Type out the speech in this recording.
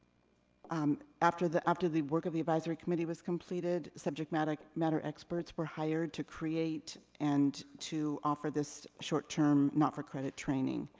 um after the after the work of the advisory committee was completed, subject matter matter experts were hired to create and to offer this short-term, not-for-credit training.